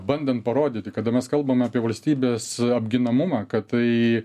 bandant parodyti kada mes kalbam apie valstybės apginamumą kad tai